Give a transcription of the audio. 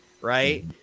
right